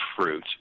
fruit